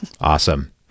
Awesome